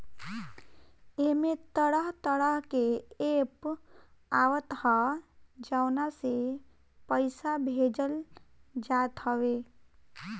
एमे तरह तरह के एप्प आवत हअ जवना से पईसा भेजल जात हवे